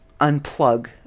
unplug